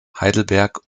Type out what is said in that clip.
heidelberg